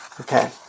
Okay